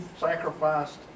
sacrificed